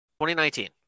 2019